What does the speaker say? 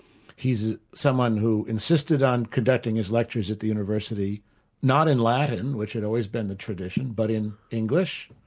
he's someone who insisted on conducting his lectures at the university not in latin, which had always been the tradition, but in english,